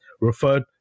referred